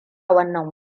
wannan